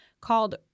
called